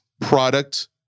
product